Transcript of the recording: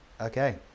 Okay